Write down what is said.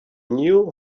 knew